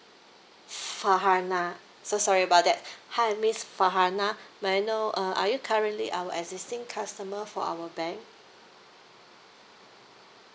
farhana so sorry about that hi miss farhana may I know uh are you currently our existing customer for our bank